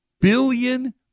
billion